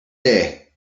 day